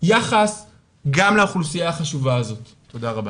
יחס גם לאוכלוסייה החשובה הזו, תודה רבה.